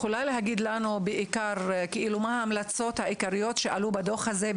האם את יכולה לומר לנו מהן ההמלצות העיקריות שעלו בדוח הזה?